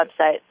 website